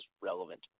relevant